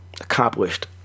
Accomplished